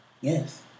Yes